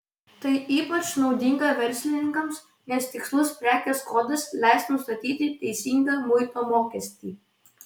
tai ypač naudinga verslininkams nes tikslus prekės kodas leis nustatyti teisingą muito mokestį